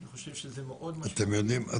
אני חושב שזה מאוד משמעותי --- אתם יודעים